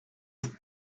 ist